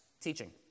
teaching